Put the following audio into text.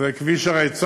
שזה הרי כביש צר ביותר,